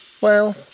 Well